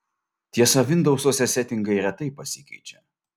tiesa vindousuose setingai retai pasikeičia